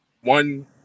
one